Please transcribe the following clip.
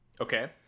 Okay